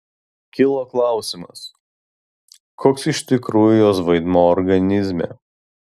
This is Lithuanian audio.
kilo klausimas koks iš tikrųjų jos vaidmuo organizme